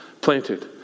Planted